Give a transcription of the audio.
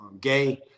gay